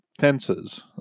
fences